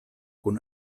kun